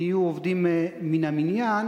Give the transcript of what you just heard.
נהיו עובדים מן המניין,